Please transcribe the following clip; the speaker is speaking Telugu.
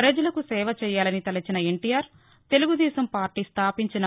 పజలకు సేవ చేయాలని తలిచిన ఎన్టీఆర్ తెలుగుదేశం పార్టీ స్టాపించిన